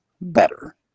better